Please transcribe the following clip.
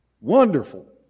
wonderful